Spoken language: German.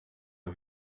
mal